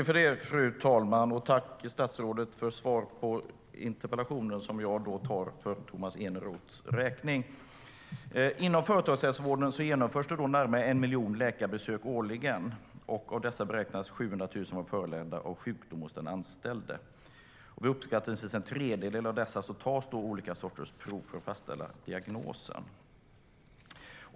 Fru talman! Jag tackar statsrådet för svaret på interpellationen som jag tar emot för Tomas Eneroths räkning! Inom företagshälsovården genomförs närmare en miljon läkarbesök årligen. Av dessa beräknas 700 000 vara föranledda av sjukdom hos den anställde. På uppskattningsvis en tredjedel av dessa tas olika sorters prov för att fastställa diagnosen.